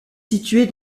située